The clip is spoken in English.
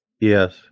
Yes